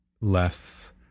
less